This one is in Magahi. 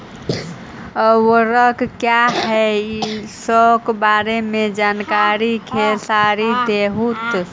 उर्वरक क्या इ सके बारे मे जानकारी खेसारी देबहू?